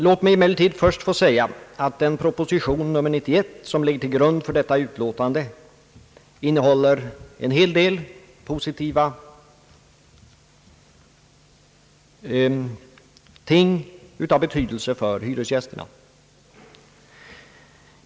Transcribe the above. Låt mig emellertid först få säga att proposition nr 91 som ligger till grund för detta utlåtande innehåller en hel del positiva ting av betydelse för hyresgästerna.